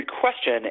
question